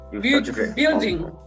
building